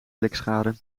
blikschade